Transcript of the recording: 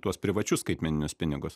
tuos privačius skaitmeninius pinigus